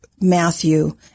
Matthew